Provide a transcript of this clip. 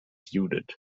judith